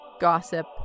gossip